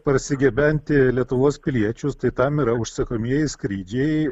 parsigabenti lietuvos piliečius tai tam yra užsakomieji skrydžiai